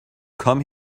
come